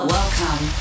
Welcome